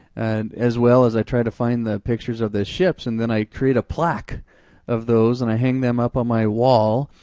and as well as i try to find the pictures of the ships, and then i create a plaque of those, and i hang them up on my wall,